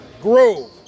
Grove